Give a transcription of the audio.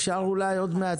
אפשר אולי עוד מעט,